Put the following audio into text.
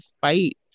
fight